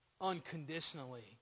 unconditionally